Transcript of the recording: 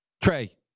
Trey